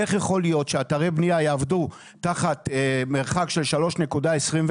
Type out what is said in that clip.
איך יכול להיות שאתרי בניה יעבדו תחת מרחק של 3.25,